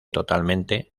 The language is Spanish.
totalmente